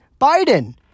Biden